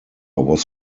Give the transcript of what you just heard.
was